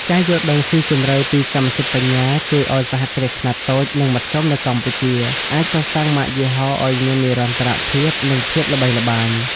ការយល់ដឹងស៊ីជម្រៅពីកម្មសិទ្ធិបញ្ញា ជួយឱ្យសហគ្រាសខ្នាតតូច និងមធ្យមនៅកម្ពុជា អាចកសាងម៉ាកយីហោឱ្យមាននិរន្តរភាព និងភាពល្បីល្បាញ។